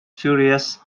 furious